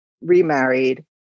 remarried